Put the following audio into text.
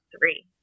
three